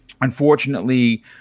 unfortunately